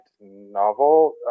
novel